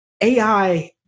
AI